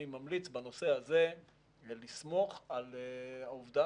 אני ממליץ בנושא הזה לסמוך על העובדה